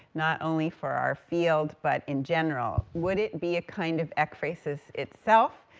not only for our field, but in general. would it be a kind of ekphrasis itself,